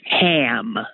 Ham